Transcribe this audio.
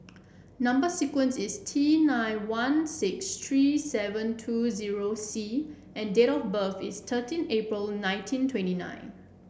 number sequence is T nine one six three seven two zero C and date of birth is thirteen April nineteen twenty nine